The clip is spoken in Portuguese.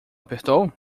apertou